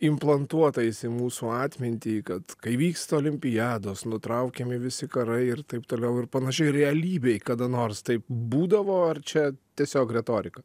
implantuotais į mūsų atmintį kad kai vyksta olimpiados nutraukiami visi karai ir taip toliau ir panašiai realybėj kada nors taip būdavo ar čia tiesiog retorika